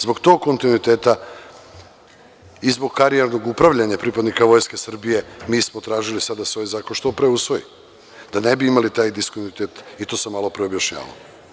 Zbog tog kontinuiteta i zbog karijernog upravljanja pripadnika Vojske Srbije, mi smo tražili sada da se ovaj zakon što pre usvoji, da ne bi imali taj diskontinuitet, i to sam malopre objašnjavao.